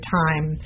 time